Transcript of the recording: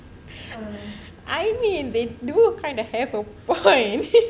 I mean they do kind have a what